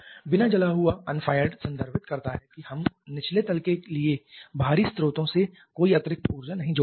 बिना जला हुआ संदर्भित करता है कि हम निचले तल के लिए बाहरी स्रोतों से कोई अतिरिक्त ऊर्जा नहीं जोड़ रहे हैं